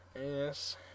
Yes